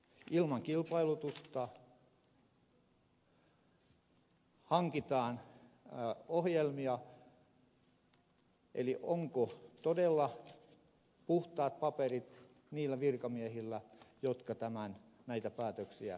ilman kilpailutusta hankitaan ohjelmia eli onko todella puhtaat paperit niillä virkamiehillä jotka näitä päätöksiä ovat tehneet